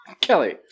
Kelly